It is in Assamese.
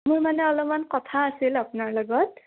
মোৰ মানে অলপমান কথা আছিল আপোনাৰ লগত